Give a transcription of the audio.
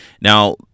Now